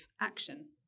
action